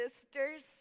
sisters